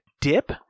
dip